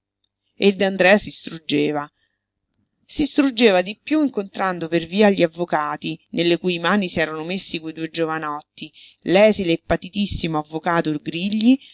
il d'andrea si struggeva si struggeva di piú incontrando per via gli avvocati nelle cui mani si erano messi quei due giovanotti l'esile e patitissimo avvocato grigli